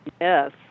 Yes